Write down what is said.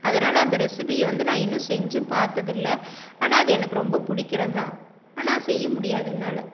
அதனால் அந்த ரெசிபியை வந்து நான் இன்னும் செஞ்சும் பார்த்தது இல்லை ஆனால் அது எனக்கு ரொம்ப பிடிக்கிறது தான் ஆனால் செய்ய முடியாது என்னால்